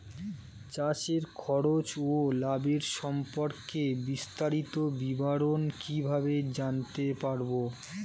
চাষে খরচ ও লাভের সম্পর্কে বিস্তারিত বিবরণ কিভাবে জানতে পারব?